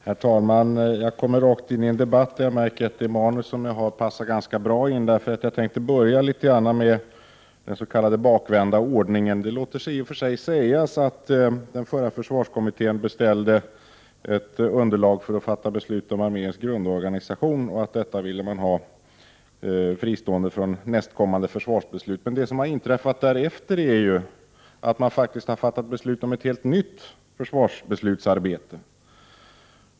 Herr talman! Jag får ordet mitt uppe i en debatt. Men jag märker att det manus som jag har passar ganska bra. Jag tänkte nämligen börja i den s.k. bakvända ordningen. I och för sig låter det sig sägas att den förra försvarskommittén beställde ett underlag till beslut om arméns grundorganisation och att man ville att detta skulle vara fristående från nästkommande försvarsbeslut. Men efter det har man faktiskt fattat beslut om ett helt nytt försvarsbeslutsarbete.